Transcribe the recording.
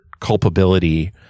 culpability